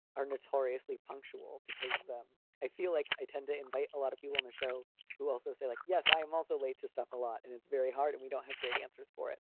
are notoriously punctual because um i feel like i tend to invite a lot of people on the show who also say, like, yes, i am also late to stuff a lot and it's very hard and we don't have great answers for it.